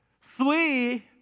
Flee